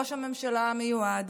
וראש הממשלה המיועד